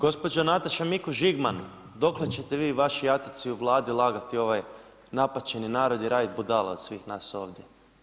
Gospođa Nataša Mikuš Žigman, dokle ćete i vaši jataci u Vladi lagati ovaj napaćeni narod i raditi budale od svih nas ovdje?